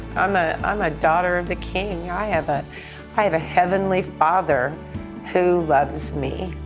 i'm ah i'm a daughter of the king. i ah but i have a heavenly father who loves me.